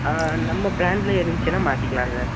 ஆ நம்ம பிரான்டில் இருந்துச்சின்னா மாற்றிக்கலாம் சார்